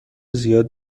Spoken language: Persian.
زیاد